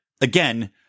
again